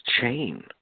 chain